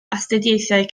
astudiaethau